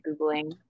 Googling